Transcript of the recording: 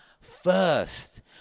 first